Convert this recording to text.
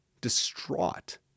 distraught